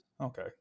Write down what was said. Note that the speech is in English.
Okay